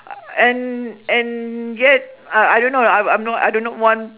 and and yet I I don't know I'm I'm no I do not want